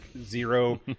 zero